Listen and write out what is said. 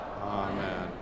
Amen